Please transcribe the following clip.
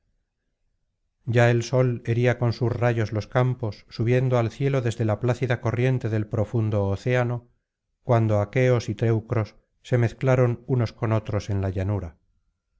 ya el sol hería con sus rayos los campos subiendo al cielo desde la plácida corriente del profundo océano cuando aqueos y teucros se mezclaron unos con otros en la llanura